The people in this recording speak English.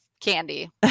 candy